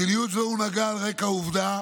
מדיניות זו הונהגה על רקע העובדה